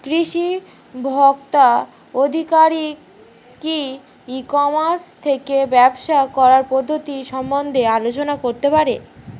কৃষি ভোক্তা আধিকারিক কি ই কর্মাস থেকে ব্যবসা করার পদ্ধতি সম্বন্ধে আলোচনা করতে পারে?